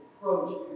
approach